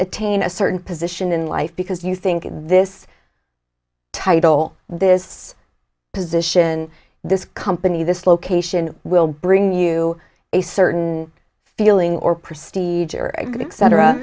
attain a certain position in life because you think this title this position this company this location will bring you a certain feeling or pr